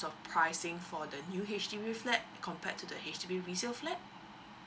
of pricing for the new H_D_B flat compared to the H_D_B resale flat